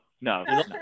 No